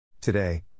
Today